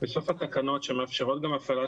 בסוף התקנות שמאפשרות גם הפעלה